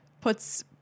puts